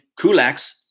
kulaks